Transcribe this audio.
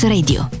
Radio